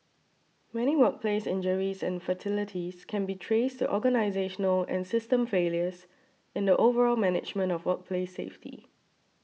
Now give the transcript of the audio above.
many workplace injuries and fatalities can be traced to organisational and system failures in the overall management of workplace safety